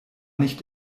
nicht